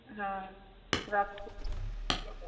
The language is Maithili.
हँ राखू